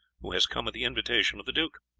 who has come at the invitation of the duke.